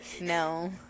no